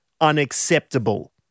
unacceptable